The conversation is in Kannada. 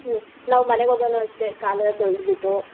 ಹ್ಞೂ ನಾವು ಮನೆ ಹೋಗನು ಅಷ್ಟೇ ಕಾಲೆಲ್ಲ ತೋಳ್ದು ಬಿಟ್ಟು